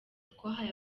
twahaye